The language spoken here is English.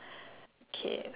okay